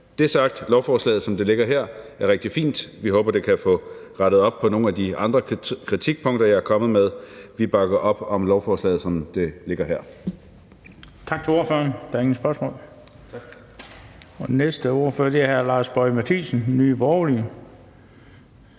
Det sagt, er lovforslaget, som det ligger her, rigtig fint. Vi håber, det kan få rettet op på nogle af de andre kritikpunkter, jeg er kommet med. Vi bakker op om lovforslaget, som det foreligger her.